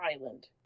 island